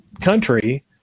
country